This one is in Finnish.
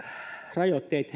rajoitteita